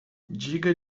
diga